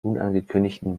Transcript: unangekündigten